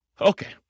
Okay